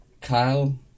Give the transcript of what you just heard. Kyle